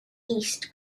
east